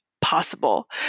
possible